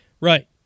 Right